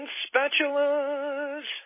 spatulas